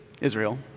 Israel